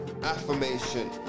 affirmation